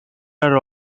are